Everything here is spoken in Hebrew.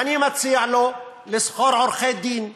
ואני מציע לו לשכור עורכי-דין,